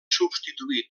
substituí